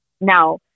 now